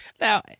Now